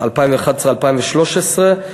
2011 2013,